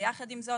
ביחד עם זאת,